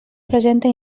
presenta